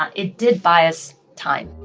ah it did buy us time.